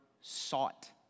sought